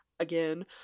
again